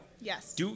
Yes